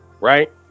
right